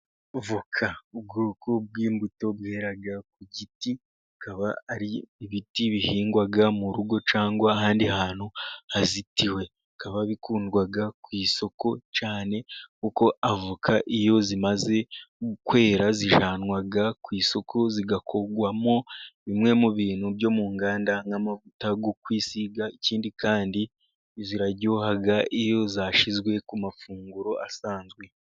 Voka ubwoko bw'imbuto bwera ku giti. Bukaba ari ibiti bihingwa mu rugo cyangwa ahandi hantu hazitiwe. Bikaba bikundwa ku isoko cyane. Kuko avoka iyo zimaze kwera zijyanwa ku isoko zigakorwamo bimwe mu bintu byo mu nganda, nk'amavuta yo kwisiga. Ikindi kandi ziraryoha iyo zashyizwe ku mafunguro asanzwe.